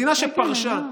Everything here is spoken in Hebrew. מדינה שפרשה,